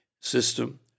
system